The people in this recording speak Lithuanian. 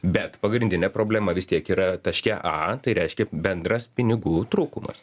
bet pagrindinė problema vis tiek yra taške a tai reiškia bendras pinigų trūkumas